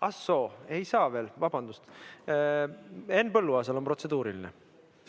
Ah soo, ei saa veel. Vabandust! Henn Põlluaasal on protseduuriline.